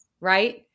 Right